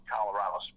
Colorado